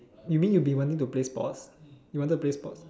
you mean you been wanting to play sports you wanted to play sports